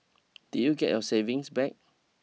did you get your savings back